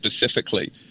specifically